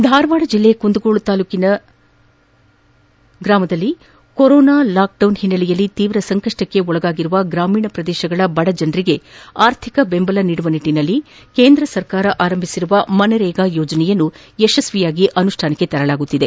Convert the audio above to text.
ಧಾರವಾಡ ಜಿಲ್ಲೆ ಕುಂದಗೋಳ ತಾಲೂಕಿನಲ್ಲಿ corona lockdown ಹಿನ್ನೆಲೆಯಲ್ಲಿ ತೀವ್ರ ಸಂಕಪ್ಲಕ್ಷೆ ಒಳಗಾಗಿರುವ ಗ್ರಾಮೀಣ ಪ್ರದೇಶಗಳ ಬಡ ಜನರಿಗೆ ಆರ್ಥಿಕ ಬೆಂಬಲ ನೀಡುವ ನಿಟ್ಟನಲ್ಲಿ ಕೆಂದ್ರ ಸರ್ಕಾರ ಆರಂಭಿಸಿರುವ ಮಕ್ರೇಗಾ ಯೋಜನೆಯನ್ನು ಯಶಸ್ವಿಯಾಗಿ ಅನುಷ್ಠಾನಕ್ಕೆ ತರಲಾಗುತ್ತಿದೆ